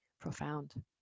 profound